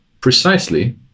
precisely